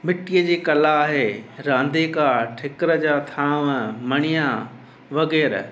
मिट्टीअ जी कला आहे रांदिका ठिकर जा थांव मणिया वगै़रह